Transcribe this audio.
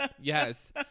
Yes